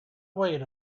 wait